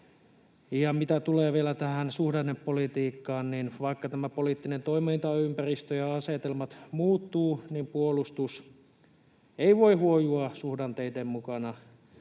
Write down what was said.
Mitä tulee vielä suhdannepolitiikkaan, niin vaikka tämä poliittinen toimintaympäristö ja asetelmat muuttuvat, puolustus ei voi huojua suhdanteiden mukana